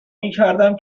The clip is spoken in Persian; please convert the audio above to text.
میکردم